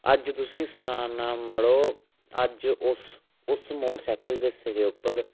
अज्ज तुसेंई सनां ना मड़ो अज्ज ओस ओस मोटरसाइकल दे सिरे उप्पर